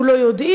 אנחנו לא יודעים,